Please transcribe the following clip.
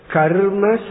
Karma